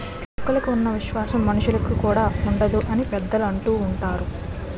కుక్కకి ఉన్న విశ్వాసం మనుషులుకి కూడా ఉండదు అని పెద్దలు అంటూవుంటారు